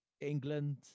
england